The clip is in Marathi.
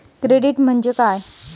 क्रेडिट म्हणजे काय?